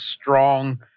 strong